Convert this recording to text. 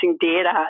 data